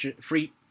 free